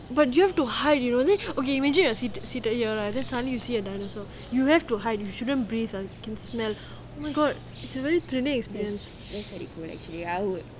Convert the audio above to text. but you have to hide you know then okay imagine you're seated here lah then suddenly you see a dinosaur you have to hide you shouldn't breathe they can smell oh my god it's a really dreading experience